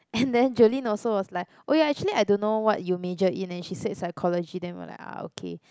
and then Jolene also was like oh ya actually I don't know what you major in and she said psychology then we are like ah okay